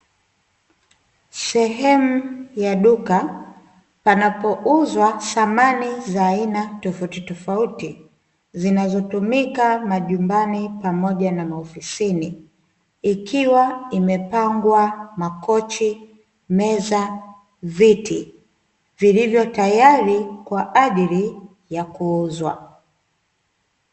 Sehemu za duka panapouzwa samani za aina tofautitofauti, zinazotumika majumbani pamoja na maofisini ikiwa imepangwa makochi, meza, viti, vilivyo tayari kwa ajili ya kuuzwa.